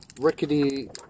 rickety